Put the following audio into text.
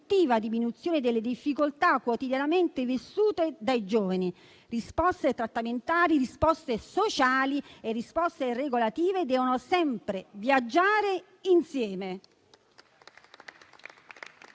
diminuzione delle difficoltà quotidianamente vissute dai giovani. Risposte trattamentali, risposte sociali e risposte regolative devono sempre viaggiare insieme.